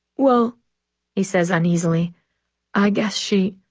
well he says uneasily i guess she